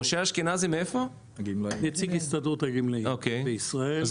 משה אשכנזי, נציג הסתדרות הגמלאים בישראל.